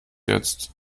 jetzt